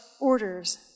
orders